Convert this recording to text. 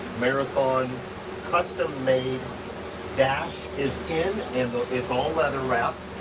marathon custom made dash is in and but it's all leather wrapped.